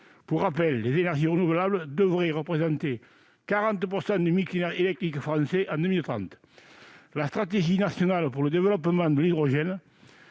Pour rappel, ces dernières devraient représenter 40 % du mix électrique français en 2030. La stratégie nationale pour le développement de l'hydrogène,